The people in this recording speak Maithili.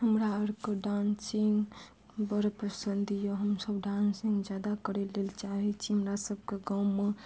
हमरा आरके डान्सिंग बड़ पसन्द यऽ हमसब डांसिंग जादा करै लेल चाहै छी हमरा सबके गाँवमे